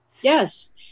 Yes